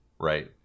right